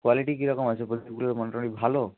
quality কীরকম আছে বলছি ওগুলা মোটামুটি ভালো